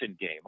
game